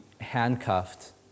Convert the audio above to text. handcuffed